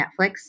Netflix